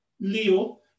Leo